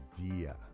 idea